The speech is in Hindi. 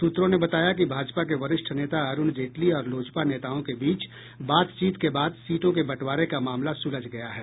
सूत्रों ने बताया कि भाजपा के वरिष्ठ नेता अरूण जेटली और लोजपा नेताओं के बीच बातचीत के बाद सीटों के बंटवारे का मामला सुलझ गया है